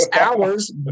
hours